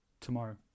tomorrow